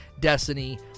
destiny